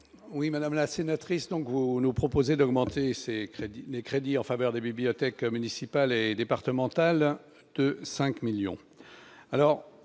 oui madame la sénatrice donc vous nous proposez d'augmenter ses crédits, les crédits en faveur des bibliothèques municipales et départementales de 5 millions